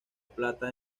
plata